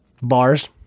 Bars